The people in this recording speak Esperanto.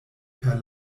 per